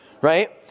Right